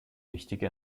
wichtige